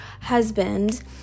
husband